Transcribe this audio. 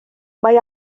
mae